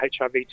HIV